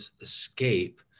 escape